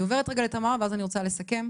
אני עוברת לתמר ואז אני רוצה לסכם.